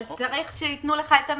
אבל צריך שיתנו לך את הנתון.